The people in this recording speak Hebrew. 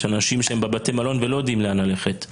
שאנשים שבהם בבתי מלון ולא יודעים לאן ללכת.